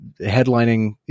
headlining